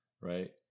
right